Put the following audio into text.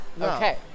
Okay